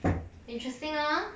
interesting ah